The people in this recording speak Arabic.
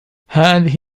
هذه